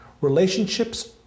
Relationships